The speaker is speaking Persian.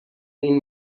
این